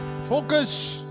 Focus